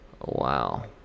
Wow